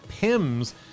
PIMS